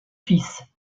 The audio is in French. fils